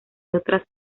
otras